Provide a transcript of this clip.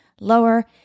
lower